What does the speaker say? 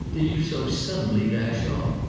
did you so suddenly dash off?